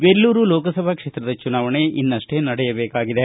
ವೆಲ್ಲೂರು ಲೋಕಸಭಾ ಕ್ಷೇತ್ರದ ಚುನಾವಣೆ ಇನ್ನಷ್ಷೇ ನಡೆಯಬೇಕಾಗಿದೆ